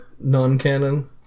non-canon